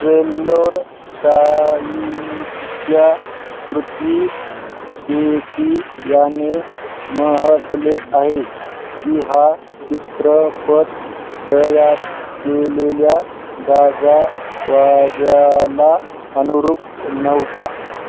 वेल्लोर टाईम्सच्या पृथ्वी केसी याने म्हटले आहे की हा चित्रपट तयार केलेल्या गाजावाज्याला अनुरूप नव्हता